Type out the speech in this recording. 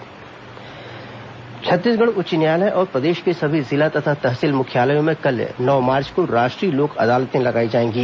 राष्ट्रीय लोक अदालत छत्तीसगढ़ उच्च न्यायालय और प्रदेश के सभी जिला तथा तहसील मुख्यालयों में कल नौ मार्च को राष्ट्रीय लोक अदालतें लगाई जाएंगी